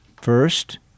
first